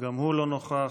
גם הוא לא נוכח.